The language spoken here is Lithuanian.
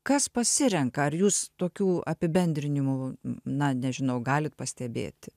kas pasirenka ar jūs tokių apibendrinimų na nežinau galit pastebėti